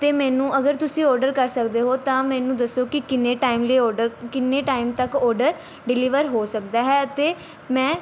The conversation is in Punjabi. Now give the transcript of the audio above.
ਤੇ ਮੈਨੂੰ ਅਗਰ ਤੁਸੀਂ ਔਡਰ ਕਰ ਸਕਦੇ ਹੋ ਤਾਂ ਮੈਨੂੰ ਦੱਸੋ ਕਿ ਕਿੰਨੇ ਟਾਈਮ ਲਈ ਔਡਰ ਕਿੰਨੇ ਟਾਈਮ ਤੱਕ ਔਡਰ ਡਿਲੀਵਰ ਹੋ ਸਕਦਾ ਹੈ ਅਤੇ ਮੈਂ